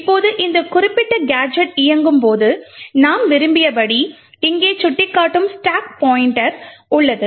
இப்போது இந்த குறிப்பிட்ட கேஜெட் இயங்கும்போது நாம் விரும்பியபடி இங்கே சுட்டிக்காட்டும் ஸ்டாக் பாய்ண்ட்டர் உள்ளது